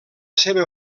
seva